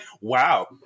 wow